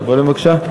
הווליום בבקשה.